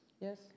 Yes